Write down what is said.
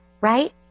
right